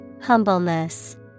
Humbleness